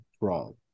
wrong